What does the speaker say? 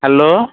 hello